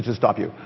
stop you.